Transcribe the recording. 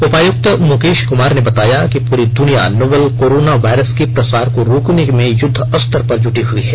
उपायुक्त मुकेश कुमार ने बताया पूरी दुनिया नोवेल कोरोना वायरस के प्रसार को रोकने में युद्ध स्तर पर जुटी हुई है